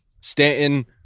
Stanton